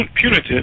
punitive